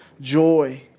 joy